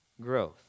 growth